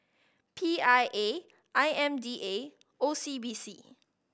P I A I M D A and O C B C